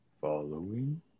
following